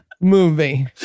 movie